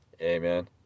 Amen